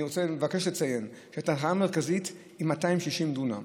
אני מבקש לציין שהתחנה המרכזית בתל אביב היא 260 דונם.